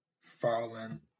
fallen